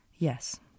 Yes